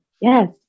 Yes